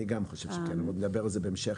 אני גם חושב שכן, אבל נדבר על זה בהמשך.